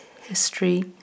history